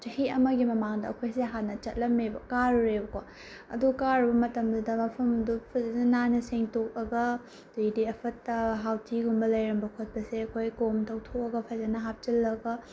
ꯆꯍꯤ ꯑꯃꯒꯤ ꯃꯃꯥꯡꯗ ꯑꯩꯈꯣꯏꯁꯦ ꯍꯥꯟꯅ ꯆꯠꯂꯝꯃꯦꯕ ꯀꯥꯔꯨꯔꯦꯕꯀꯣ ꯑꯗꯨ ꯀꯥꯔꯨꯕ ꯃꯇꯝꯗꯨꯗ ꯃꯐꯝꯗꯨ ꯐꯖꯅ ꯅꯥꯟꯅ ꯁꯦꯡꯗꯣꯛꯑꯒ ꯑꯗꯩꯗꯤ ꯐꯠꯇ ꯍꯥꯎꯗꯤꯒꯨꯝꯕ ꯂꯩꯔꯝꯕ ꯈꯣꯠꯄꯁꯦ ꯑꯩꯈꯣꯏ ꯀꯣꯝ ꯇꯧꯊꯣꯛꯑꯒ ꯐꯖꯅ ꯍꯥꯞꯆꯤꯜꯂꯒ